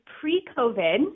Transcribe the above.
pre-COVID